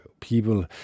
People